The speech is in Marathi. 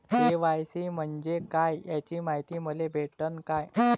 के.वाय.सी म्हंजे काय याची मायती मले भेटन का?